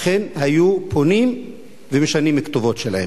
אכן היו פונים ומשנים את הכתובות שלהם,